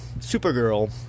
Supergirl